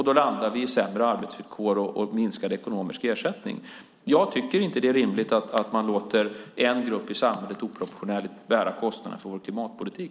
Då landar vi i sämre arbetsvillkor och minskad ekonomisk ersättning. Jag tycker inte att det är rimligt att man låter en grupp i samhället bära oproportionerliga kostnader för vår klimatpolitik.